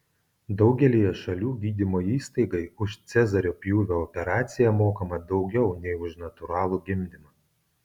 daugelyje šalių gydymo įstaigai už cezario pjūvio operaciją mokama daugiau nei už natūralų gimdymą